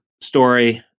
story